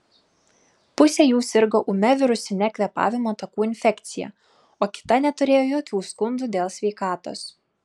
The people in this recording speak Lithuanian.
pusė jų sirgo ūmia virusine kvėpavimo takų infekcija o kita neturėjo jokių skundų dėl sveikatos